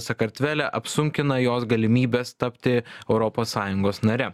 sakartvele apsunkina jos galimybes tapti europos sąjungos nare